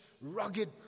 rugged